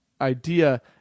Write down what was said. idea—